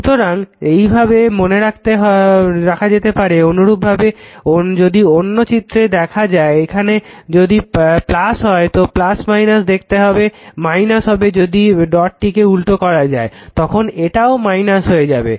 সুতরাং এইভাবে মনে রাখা যেতে পারে অনুরূপভাবে যদি অন্য চিত্রে দেখা যায় এখানে যদি হয় তো দেখতে - হবে যদি ডটটিকে উল্টো করা যায় তখন এটাও - হয়ে যাবে